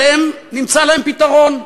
אבל נמצא להם פתרון,